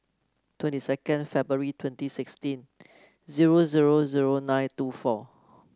twenty second February twenty sixteen zero zero zero nine two four